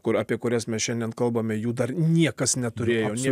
kur apie kurias mes šiandien kalbame jų dar niekas neturėjo nė